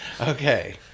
okay